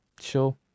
sure